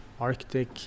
Arctic